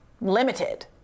limited